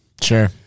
Sure